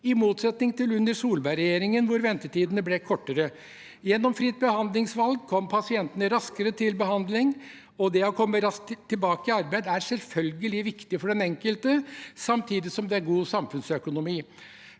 i motsetning til under Solberg-regjeringen hvor ventetidene ble kortere. Gjennom fritt behandlingsvalg kom pasientene raskere til behandling. Det å komme raskt tilbake i arbeid er selvfølgelig viktig for den enkelte, samtidig som det er god samfunnsøkonomi.